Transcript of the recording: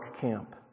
camp